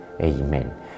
Amen